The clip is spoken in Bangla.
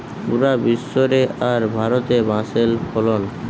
পুরা বিশ্ব রে আর ভারতে বাঁশের ফলন